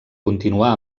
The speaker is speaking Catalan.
continuar